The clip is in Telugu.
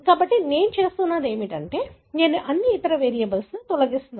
కాబట్టి నేను చేస్తున్నది ఏమిటంటే నేను అన్ని ఇతర వేరియబుల్స్ని తొలగిస్తున్నాను